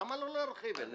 למה לא להרחיב את זה?